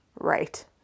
Right